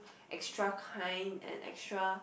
extra kind and extra